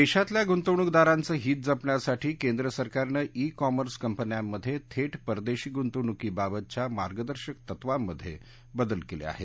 देशातल्या गुंतवणूकदारांचं हीत जपण्यासाठी केंद्र सरकारनं ई कॉमर्स कंपन्यांमधे थेट परदेशी गुंतवणूकीबाबतच्या मार्गदर्शक तत्वांमधे बदल केले आहेत